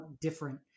different